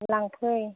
लांफै